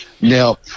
Now